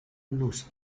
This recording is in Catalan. nos